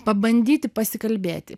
pabandyti pasikalbėti